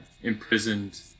imprisoned